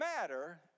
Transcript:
matter